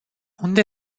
unde